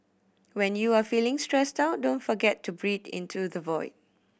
when you are feeling stressed out don't forget to breathe into the void